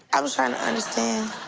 i was trying to understand,